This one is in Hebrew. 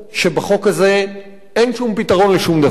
שבחוק הזה אין שום פתרון לשום דבר.